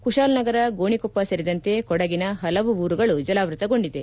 ಕುಶಾಲನಗರ ಗೋಣಿಕೊಪ್ಪ ಸೇರಿದಂತೆ ಕೊಡಗಿನ ಹಲವು ಉರುಗಳು ಜಲಾವೃತ್ತಗೊಂಡಿದೆ